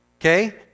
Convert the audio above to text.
okay